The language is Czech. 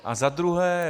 A za druhé.